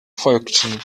folgten